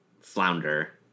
flounder